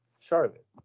Charlotte